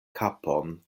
kapon